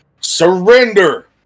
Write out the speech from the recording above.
Surrender